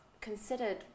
considered